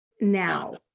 now